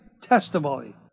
testimony